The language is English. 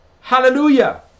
Hallelujah